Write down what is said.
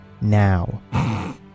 now